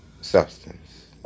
Substance